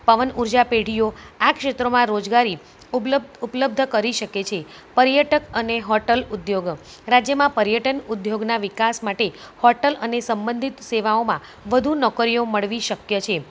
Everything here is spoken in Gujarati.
પવન ઊર્જા પેઢીઓ આ ક્ષેત્રોમાં રોજગારી ઉપલબ્ધ કરી શકે છે પર્યટક અને હોટલ ઉદ્યોગ રાજ્યમાં પર્યટન ઉદ્યોગના વિકાસ માટે હોટલ અને સંબંધિત સેવાઓમાં વધુ નોકરીઓ મળવી શક્ય છે